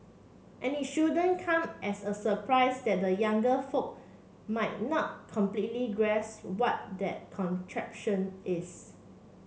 and it shouldn't come as a surprise that the younger folk might not completely grasp what that contraption is